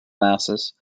masses